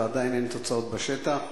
ועדיין אין תוצאות בשטח.